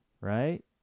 right